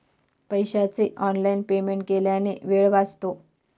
पैशाचे online payment केल्याने वेळ वाचतो